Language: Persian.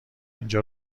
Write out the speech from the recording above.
اینجا